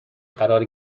قرار